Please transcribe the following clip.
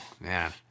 Man